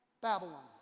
Babylon